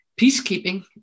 peacekeeping